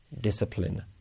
discipline